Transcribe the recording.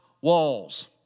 walls